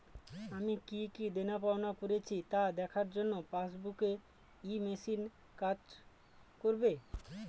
আমি কি কি দেনাপাওনা করেছি তা দেখার জন্য পাসবুক ই মেশিন কাজ করবে?